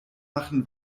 machen